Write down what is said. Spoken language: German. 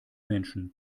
menschen